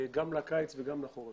גם לקיץ וגם לחורף.